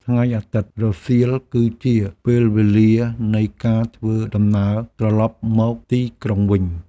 ថ្ងៃអាទិត្យរសៀលគឺជាពេលវេលានៃការធ្វើដំណើរត្រឡប់មកទីក្រុងវិញ។